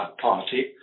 party